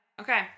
Okay